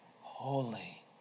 holy